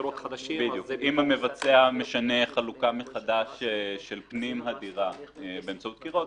אם המבצע משנה חלוקה מחדש של פנים הדירה באמצעות קירות,